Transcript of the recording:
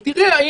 ותראה,